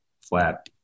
flat